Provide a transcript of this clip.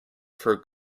for